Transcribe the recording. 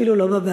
אפילו לא בבית.